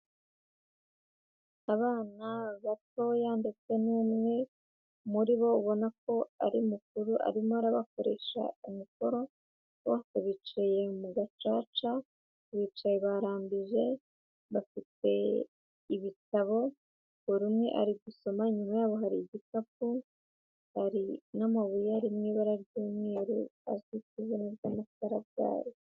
Abana batoya ndetse n'umwe muri bo ubona ko ari mukuru, arimo arabakoresha umukoro bose bicaye mu gacaca, bicaye barambije, bafite ibitabo buri umwe ari gusoma, inyuma yabo hari igikapu hari n'amabuye ari mu ibara ry'umweru azwi ku izina ry'amasarabwayi.